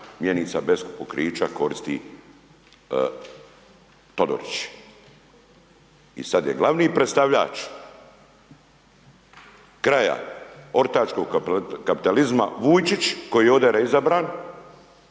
mjenica bez pokrića koristi Todorić. I sada je glavni predstavljač kraja, ortačkog kapitalizma Vujčić, koji je …/Govornik